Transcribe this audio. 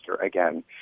again